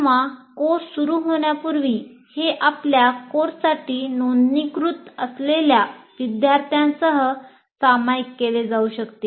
किंवा कोर्स सुरू होण्यापूर्वी हे आपल्या कोर्ससाठी नोंदणीकृत असलेल्या विद्यार्थ्यांसह सामायिक केले जाऊ शकते